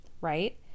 right